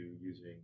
using